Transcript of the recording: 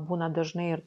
būna dažnai ir